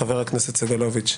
חבר הכנסת סגלוביץ',